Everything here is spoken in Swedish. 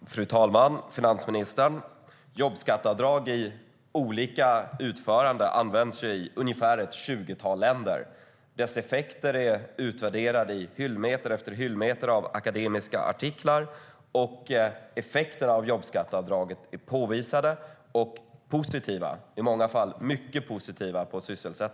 STYLEREF Kantrubrik \* MERGEFORMAT Svar på interpellationerFru talman! Jobbskatteavdrag i olika utföranden används i ett tjugotal länder. Effekterna av jobbskatteavdraget är utvärderade i hyllmeter efter hyllmeter av akademiska artiklar. Effekterna på sysselsättningen är påvisat positiva, i många fall mycket positiva.